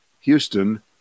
Houston